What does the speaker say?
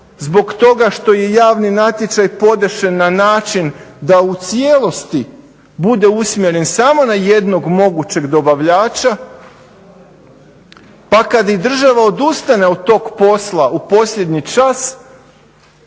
zbog toga što je javni natječaj podešen na način da u cijelosti bude usmjeren samo na jednog mogućeg dobavljača. Pa kad i država odustane od tog posla u posljednji čak,